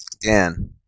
Dan